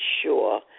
sure